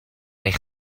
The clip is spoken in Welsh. eich